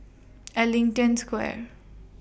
Ellington Square